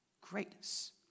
greatness